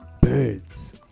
Birds